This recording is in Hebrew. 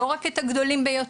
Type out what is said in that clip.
לא רק את הגדולים ביותר,